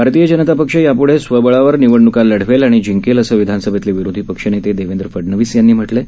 भारतीय जनता पक्ष यापूढे स्वबळावर निवडणुका लढवेल आणि जिंकेल असं विधानसभेतले विरोधी पक्षनेते देवेंद्र फडनवीस यांनी म्हटलं आहे